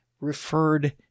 referred